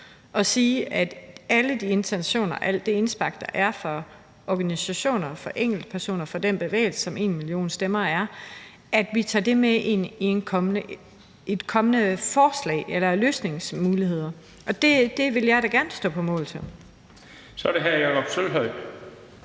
nemlig at alle de intentioner, al det indspark, der er fra organisationer og enkeltpersoner og fra den bevægelse, som #enmillionstemmer er, tager vi med ind i et kommende forslag eller løsningsmuligheder, og det vil jeg da gerne stå på mål for. Kl. 19:35 Den fg.